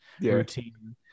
routine